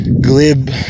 glib